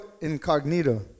incognito